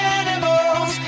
animals